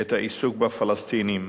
את העיסוק בפלסטינים,